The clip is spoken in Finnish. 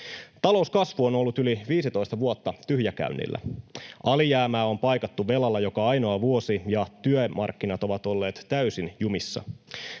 Talouskasvu on ollut yli 15 vuotta tyhjäkäynnillä. Alijäämää on paikattu velalla joka ainoa vuosi, ja työmarkkinat ovat olleet täysin jumissa.